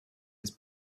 his